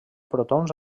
protons